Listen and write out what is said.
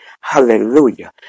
Hallelujah